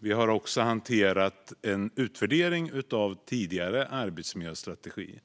Vi har också tagit del av en utvärdering av den tidigare arbetsmiljöstrategin,